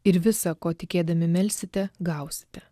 ir visa ko tikėdami melsite gausite